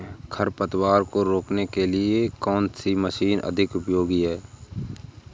खरपतवार को रोकने के लिए कौन सी मशीन अधिक उपयोगी है?